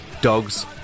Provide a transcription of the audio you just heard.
dogs